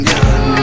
Gun